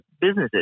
businesses